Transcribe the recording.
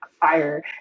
fire